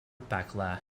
backlash